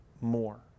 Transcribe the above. more